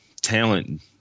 talent